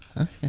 okay